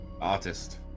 artist